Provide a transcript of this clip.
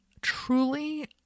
truly